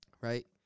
Right